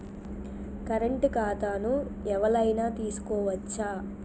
Current ఖాతాను ఎవలైనా తీసుకోవచ్చా?